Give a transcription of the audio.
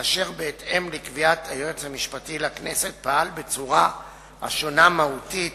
אשר בהתאם לקביעת היועץ המשפטי לכנסת פעל בצורה השונה מהותית